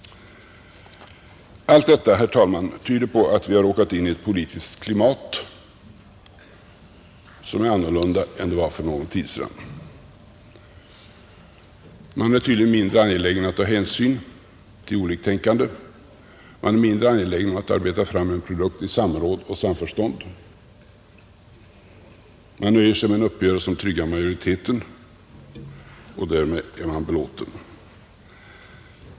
Allt detta tyder på att vi har råkat in i ett politiskt klimat som är annorlunda än det var för någon tid sedan. Man är tydligen mindre angelägen att ta hänsyn till oliktänkande, mindre angelägen om att arbeta fram en produkt i samråd och samförstånd. Man nöjer sig med en uppgörelse som tryggar majoriteten, och därmed är man belåten.